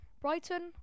Brighton